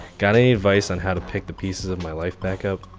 got any advice on how to pick the pieces of my life back up?